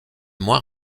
moins